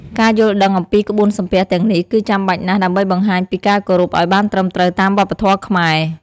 ការយល់ដឹងអំពីក្បួនសំពះទាំងនេះ គឺចាំបាច់ណាស់ដើម្បីបង្ហាញពីការគោរពឲ្យបានត្រឹមត្រូវតាមវប្បធម៌ខ្មែរ។